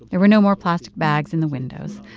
there were no more plastic bags in the windows.